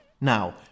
Now